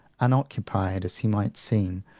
unoccupied, as he might seem,